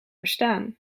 verstaan